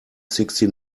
sixty